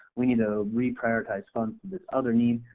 we need to re-priortize funds for this other need,